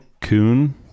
Coon